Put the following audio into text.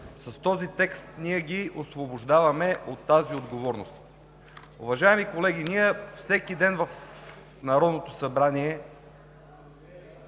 С този текст ги освобождаваме от тази отговорност. Уважаеми колеги, в Народното събрание